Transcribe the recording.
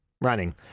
Running